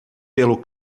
pelo